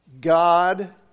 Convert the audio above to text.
God